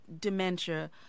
dementia